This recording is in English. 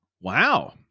wow